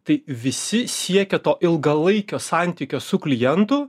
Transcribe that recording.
tai visi siekia to ilgalaikio santykio su klientu